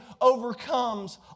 overcomes